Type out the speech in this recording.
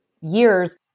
years